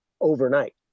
overnight